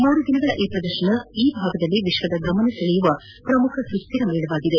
ಮೂರು ದಿನಗಳ ಈ ಪ್ರದರ್ಶನ ಈ ಭಾಗದಲ್ಲಿ ವಿಶ್ವದ ಗಮನ ಸೆಳೆಯುವ ಪ್ರಮುಖ ಸುಸ್ತಿರ ಮೇಳವಾಗಿದೆ